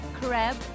Crab